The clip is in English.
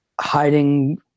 hiding